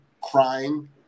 crying